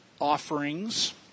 offerings